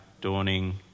dawning